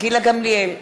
גילה גמליאל,